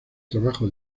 trabajo